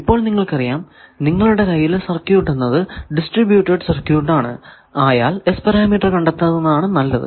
ഇപ്പോൾ നിങ്ങൾക്കറിയാം നിങ്ങളുടെ കയ്യിലെ സർക്യൂട് എന്നത് ഡിസ്ട്രിബൂറ്റഡ് സർക്യൂട് ആയാൽ S പാരാമീറ്റർ കണ്ടെത്തുന്നതാണ് നല്ലത്